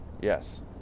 Yes